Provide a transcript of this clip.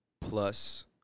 plus